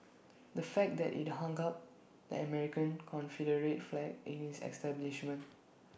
the fact that IT hung up the American Confederate flag in its establishment